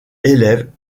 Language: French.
élève